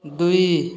ଦୁଇ